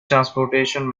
transportation